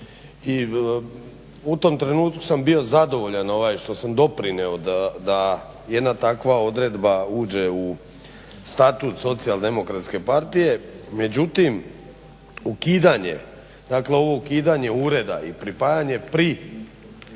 u tom trenutku sam bio zadovoljan što sam doprinio da jedna takva odredba uđe u Statut Socijaldemokratske partije. Međutim, ukidanje, dakle ovo ukidanje ureda i pripajanje pri